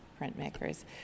printmakers